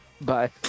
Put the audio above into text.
Bye